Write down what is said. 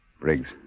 Briggs